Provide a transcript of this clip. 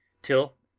till,